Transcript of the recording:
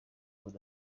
buryo